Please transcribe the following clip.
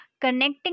connecting